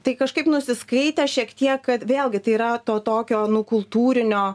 tai kažkaip nusiskaitė šiek tiek kad vėlgi tai yra to tokio nu kultūrinio